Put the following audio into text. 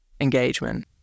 engagement